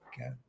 okay